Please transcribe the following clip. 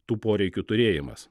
tų poreikių turėjimas